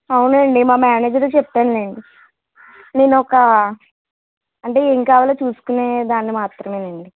అవునండి మా మ్యానేజర్కి చెప్తానులేండి నేను ఒక అంటే ఏం కావాలో చూసుకునే దాన్ని మాత్రమేనండి